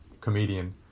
comedian